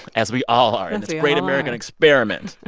as we all are. in this great american experiment.